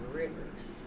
rivers